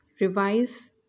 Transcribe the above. revise